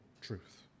truth